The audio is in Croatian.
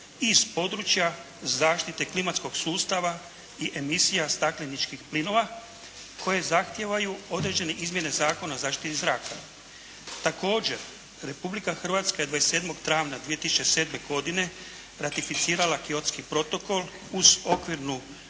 iz područja zaštite klimatskog sustava i emisija stakleničkih plinova koje zahtijevaju određene izmjene Zakona o zaštiti zraka. Također, Republika Hrvatska je 27. travnja 2007. godine ratificirala Kyotski protokol uz Okvirnu